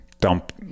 dump